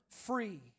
free